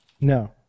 No